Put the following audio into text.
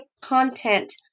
content